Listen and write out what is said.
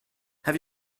have